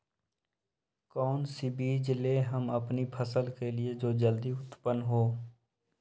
कौन सी बीज ले हम अपनी फसल के लिए जो जल्दी उत्पन हो?